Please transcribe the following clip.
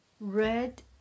Red